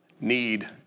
need